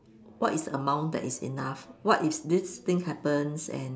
what is the amount that is enough what if this thing happens and